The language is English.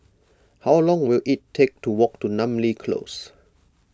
how long will it take to walk to Namly Close